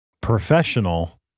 professional